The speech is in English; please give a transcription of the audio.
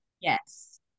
Yes